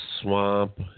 swamp